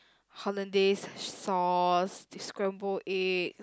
Hollandaise sauce the scrambled eggs